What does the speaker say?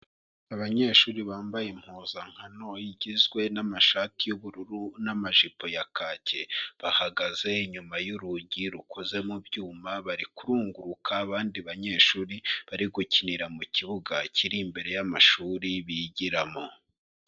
Abanyeshuri bambaye impuzankano igizwe n’amashati y’ubururu n’amajipo ya kake, bahagaze inyuma y’urugi rukoze mu byuma, bari kurunguruka abandi banyeshuri bari gukinira mu kibuga kiri imbere y’amashuri bigiramo.